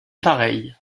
pareille